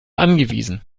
angewiesen